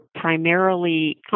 primarily